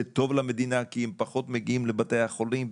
זה טוב למדינה כי הם פחות מגיעים לבתי החולים.